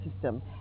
system